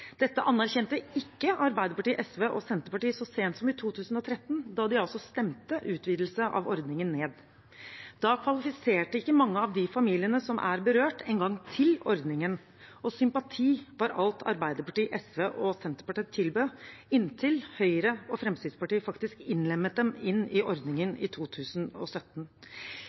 Dette anerkjente ikke Arbeiderpartiet, SV og Senterpartiet så sent som i 2013, da de stemte ned en utvidelse av ordningen. Da kvalifiserte ikke mange av de familiene som er berørt, til ordningen engang, og sympati var alt Arbeiderpartiet, SV og Senterpartiet tilbød, inntil Høyre og Fremskrittspartiet faktisk innlemmet dem i ordningen i 2017.